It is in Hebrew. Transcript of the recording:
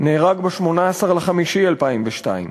נהרג ב-18 במאי 2002,